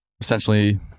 essentially